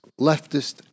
leftist